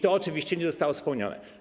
To oczywiście nie zostało spełnione.